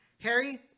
Harry